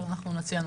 אנחנו נציע נוסח.